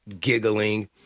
giggling